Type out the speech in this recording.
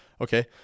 Okay